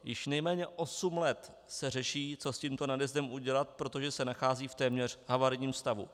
Již nejméně osm let se řeší, co s tímto nadjezdem udělat, protože se nachází v téměř havarijním stavu.